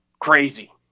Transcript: Crazy